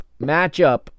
matchup